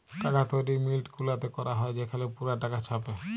টাকা তৈরি মিল্ট গুলাতে ক্যরা হ্যয় সেখালে পুরা টাকা ছাপে